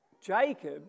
Jacob